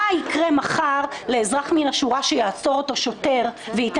מה יקרה מחר לאזרח מהשורה ששוטר יעצור אותו וייתן